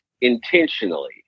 intentionally